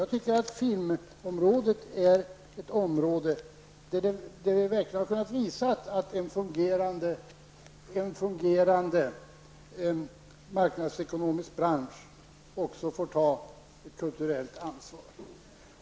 Jag tycker att filmområdet är ett område där vi verkligen har kunnat visa att en fungerande marknadsekonomisk bransch också får ta ett kulturellt ansvar.